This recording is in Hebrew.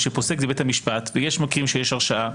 שפוסק זה בית המשפט ויש מקרים שיש הרשעה,